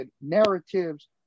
narratives